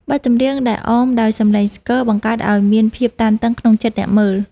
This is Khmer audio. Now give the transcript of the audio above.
បទចម្រៀងដែលអមដោយសំឡេងស្គរ បង្កើតឱ្យមានភាពតានតឹងក្នុងចិត្តអ្នកមើល។